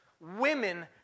Women